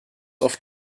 oft